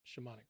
shamanic